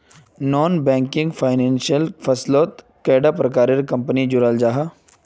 Non banking financial फसलोत कैडा प्रकारेर कंपनी जुराल जाहा?